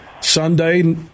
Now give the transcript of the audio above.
Sunday